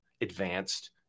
advanced